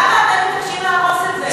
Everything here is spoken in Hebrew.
למה אתם מבקשים להרוס את זה?